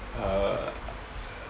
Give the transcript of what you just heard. err